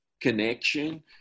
connection